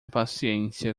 paciência